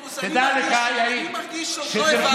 פינדרוס, אני מרגיש שעוד לא הבנו.